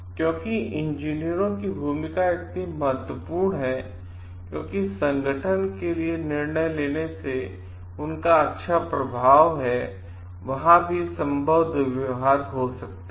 क्योंकि इंजीनियरों की भूमिका इतनी महत्वपूर्ण है क्योंकि संगठन के लिए निर्णय लेने से उनका अच्छा प्रभाव है वहाँ भी संभव दुर्व्यवहार हो सकता है